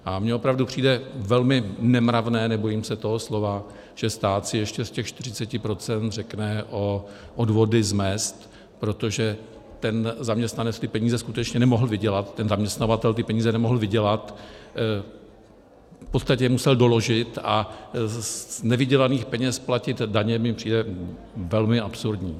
A mně opravdu přijde velmi nemravné, nebojím se toho slova, že stát si ještě z těch 40 % řekne o odvody z mezd, protože ten zaměstnanec ty peníze skutečně nemohl vydělat, zaměstnavatel ty peníze nemohl vydělat, v podstatě je musel doložit, a z nevydělaných peněz platit daně mi přijde velmi absurdní.